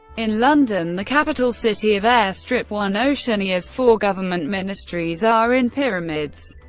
in london, the capital city of airstrip one, oceania's four government ministries are in pyramids,